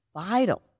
vital